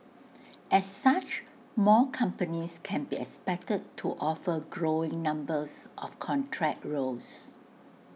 as such more companies can be expected to offer growing numbers of contract roles